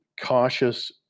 cautious